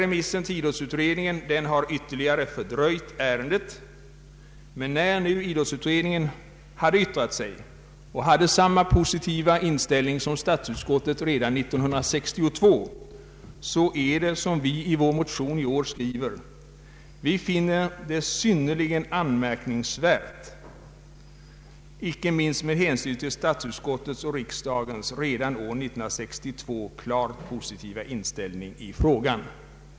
Remissen till idrottsutredningen har ytterligare fördröjt ärendet, men när nu idrottsutredningen har yttrat sig och givit uttryck för samma positiva inställning som skolöverstyrelsen och statsutskottet hade redan 1962, så är det, som vi framhåller i vår motion i år, synnerligen anmärkningsvärt att statsverkspropositionen saknar förslag i ärendet.